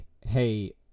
hey